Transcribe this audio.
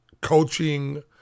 coaching